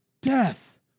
death